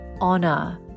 Honor